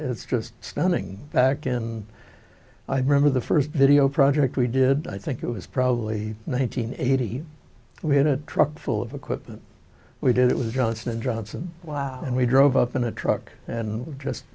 it's just stunning back and i remember the first video project we did i think it was probably one nine hundred eighty we had a truck full of equipment we did it was johnson and johnson wow and we drove up in a truck and just